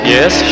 Yes